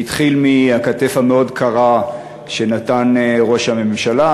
זה התחיל מהכתף המאוד-קרה שנתן ראש הממשלה,